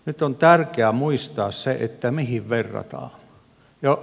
nyt on tärkeää muistaa se mihin verrataan